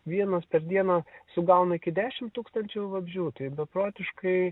vienas per dieną sugauna iki dešim tūkstančių vabzdžių tai beprotiškai